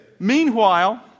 Meanwhile